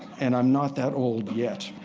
and i'm not that old yet.